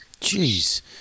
jeez